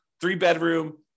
three-bedroom